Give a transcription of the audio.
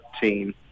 team